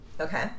Okay